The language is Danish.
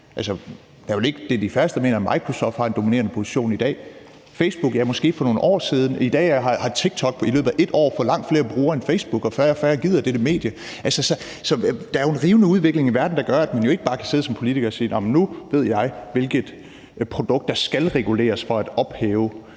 Det er de færreste, der mener, at Microsoft i dag har en dominerende position. Facebook havde det måske for nogle år siden, og i dag har TikTok i løbet af et år fået langt flere brugere end Facebook, og færre og færre gider dette medie. Så der er jo en rivende udvikling i verden, der gør, at man som politiker ikke bare kan sidde og sige, at man nu ved, hvilket produkt der skal reguleres for at ophæve